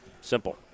Simple